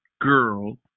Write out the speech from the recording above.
girl